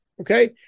Okay